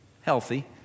healthy